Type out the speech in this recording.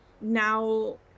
Now